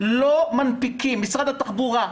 עוד נקודה אחת: משרד התחבורה,